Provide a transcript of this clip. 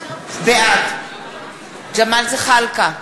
בעד ג'מאל זחאלקה,